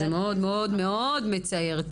זה מאוד מאוד-מאוד מצער,